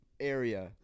Area